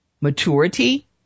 maturity